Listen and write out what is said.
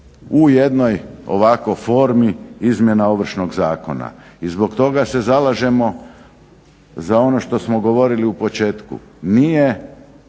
u jednoj ovako formi izmjena Ovršnog zakona. I zbog toga se zalažemo za ono što smo govorili u početku. Nije